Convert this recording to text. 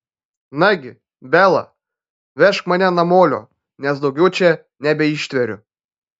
nagi bela vežk mane namolio nes daugiau čia nebeištveriu